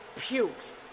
pukes